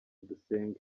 dusenge